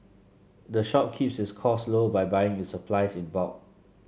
the shop keeps its costs low by buying its supplies in bulk